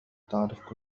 تعرف